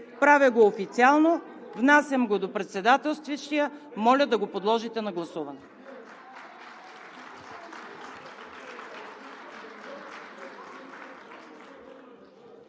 Правя го официално, внасям го до председателстващия и моля да го подложите на гласуване.